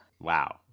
Wow